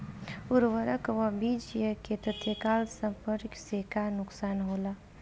उर्वरक व बीज के तत्काल संपर्क से का नुकसान होला?